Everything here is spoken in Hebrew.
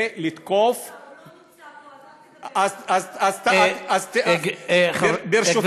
ולתקוף, הוא לא נמצא פה, אז אל תדבר